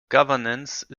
governance